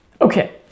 Okay